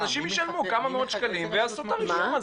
אנשים ישלמו כמה מאות שקלים ויעשו את הרישום הזה.